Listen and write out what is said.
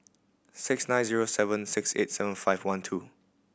six nine zero seven six eight seven five one two